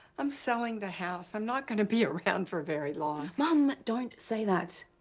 i'm selling the house, i'm not going to be around for very long. mom, don't say that.